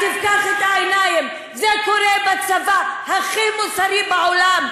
אז תפתח את העיניים: זה קורה בצבא הכי מוסרי בעולם,